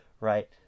right